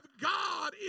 God